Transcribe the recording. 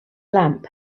lamp